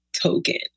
token